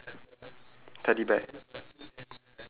okay then below that ya